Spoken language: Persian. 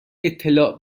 اطلاع